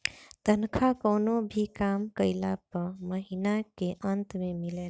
तनखा कवनो भी काम कइला पअ महिना के अंत में मिलेला